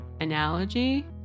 analogy